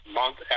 month